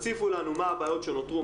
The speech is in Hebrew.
תציפו לנו מה הבעיות שנותרו.